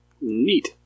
Neat